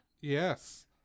Yes